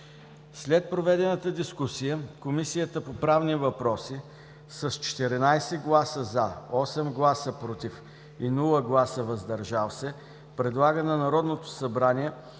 След проведената дискусия Комисията по правни въпроси с 14 гласа „за”, 8 гласа „против“ и без „въздържал се”,предлага на Народното събрание